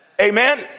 Amen